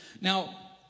Now